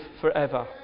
forever